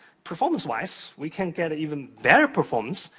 performance wise, we can get an even better performance,